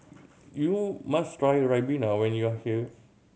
you must try ribena when you are here